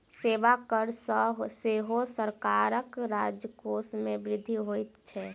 सेवा कर सॅ सेहो सरकारक राजकोष मे वृद्धि होइत छै